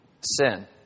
sin